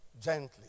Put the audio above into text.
Gently